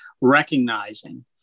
recognizing